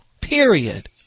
Period